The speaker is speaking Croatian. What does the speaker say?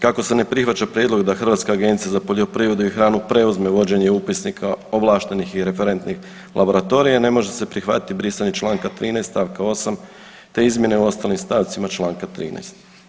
Kako se ne prihvaća prijedlog da Hrvatska agencija za poljoprivredu i hranu preuzme vođenje upisnika ovlaštenih i referentnih laboratorija, ne može se prihvatiti brisanje čl. 13. st. 8., te izmjene u ostalim stavcima čl. 13.